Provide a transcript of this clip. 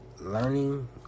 Learning